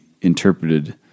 interpreted